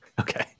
Okay